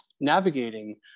navigating